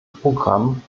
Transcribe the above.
programm